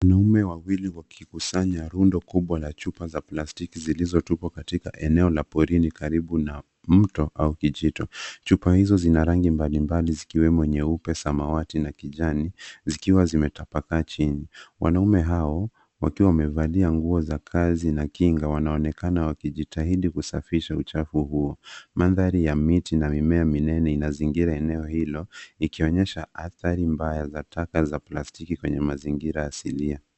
Wanaume wawili wakikusanya rundo kubwa la chupa za plastiki zilizotupwa katika eneo la porini karibu na mto au kijito ,chupa hizo zina rangi mbalimbali zikiwemo nyeupe ,samawati na kijani zikiwa zimetapakaa chini ,wanaume hao wakiwa wamevalia nguo za kazi na kinga wanaonekana wakijitahidi kusafisha uchafu huo ,mandhari ya miti na mimea minene ina zingira eneo hilo likionyesha athari mbaya za taka za plastiki kwenye mazingira.